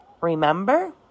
remember